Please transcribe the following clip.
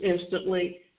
instantly